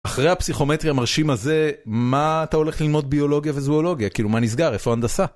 אחרי הפסיכומטרי המרשים הזה, מה אתה הולך ללמוד ביולוגיה וזואולוגיה, כאילו מה נסגר, איפה ההנדסה?